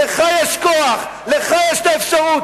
לך יש כוח, לך יש האפשרות.